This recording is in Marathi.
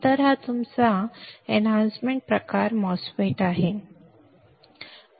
तर हा तुमचा वर्धित प्रकार MOSFET आहे